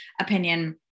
opinion